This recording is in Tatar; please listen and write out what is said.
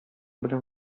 белән